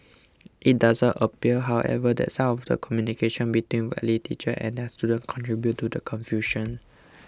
it does appear however that some of the communication between Whitley teachers and their students contributed to the confusion